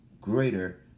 greater